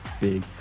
Big